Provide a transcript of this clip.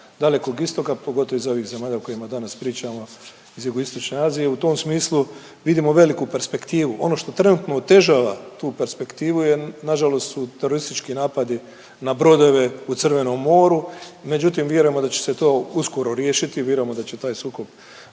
Dalekog Istoka pogotovo iz ovih zemalja o kojima danas pričamo iz Jugoistočne Azije u tom smislu vidimo veliku perspektivu. Ono što trenutno otežava tu perspektivu nažalost su teroristički napadi na brodove u Crvenom moru. Međutim vjerujemo da će se to uskoro riješiti, vjerujemo da će taj sukob